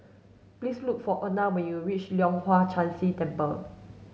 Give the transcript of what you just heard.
please look for Erna when you reach Leong Hwa Chan Si Temple